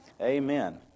Amen